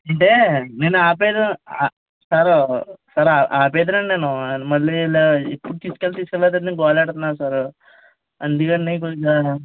అంటే నేను ఆపెద్దు సారు సార్ ఆపెద్దునండి నేను మళ్ళీ వీళ్ళు ఎప్పుడు తీసుకెళ్ళలేదు తీసుకెళ్ళలేదు అని గోలపెడుతున్నారు సార్ అందుకని కొంచెం